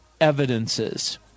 evidences